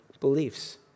beliefs